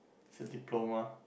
it's a diploma